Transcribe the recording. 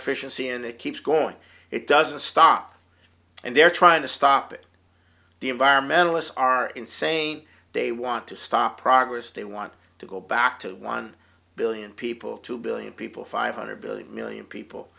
efficiency and it keeps going it doesn't stop and they're trying to stop it the environmentalists are insane they want to stop progress they want to go back to one billion people two billion people five hundred billion million people